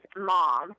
mom